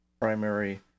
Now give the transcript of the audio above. primary